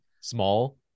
small